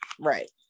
Right